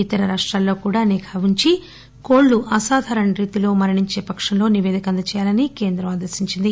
ఇతర రాష్టాల్లో కూడా నిఘా వుంచి కోళ్లు అసాధారణ రీతిలో మరణించే పక్షంలో నిపేదిక అందజేయాలని కేంద్రం కోరింది